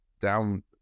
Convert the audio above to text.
down